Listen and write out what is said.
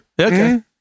Okay